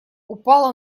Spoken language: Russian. упало